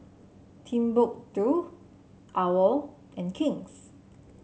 Timbuk two OWL and King's